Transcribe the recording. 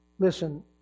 Listen